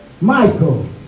Michael